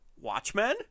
Watchmen